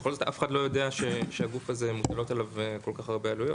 בכל זאת אף אחד לא יודע שעל הגוף הזה מוטלות כל כך הרבה עלויות.